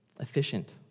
efficient